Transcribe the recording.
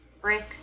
brick